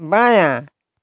बायाँ